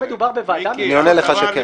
פה מדובר בוועדה מקצועית -- אני עונה לך שכן.